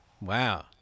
Wow